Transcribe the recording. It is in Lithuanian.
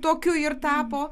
tokiu ir tapo